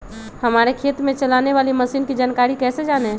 हमारे खेत में चलाने वाली मशीन की जानकारी कैसे जाने?